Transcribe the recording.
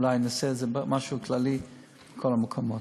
אולי נעשה איזה משהו כללי בכל המקומות.